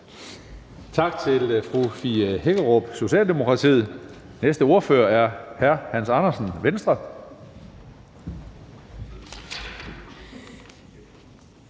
Tak til fru Fie Hækkerup, Socialdemokratiet. Næste ordfører er hr. Hans Andersen, Venstre.